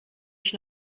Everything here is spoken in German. ich